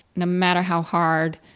no matter how hard,